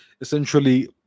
essentially